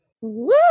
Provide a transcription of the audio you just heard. Woo